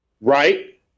Right